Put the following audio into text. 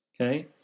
okay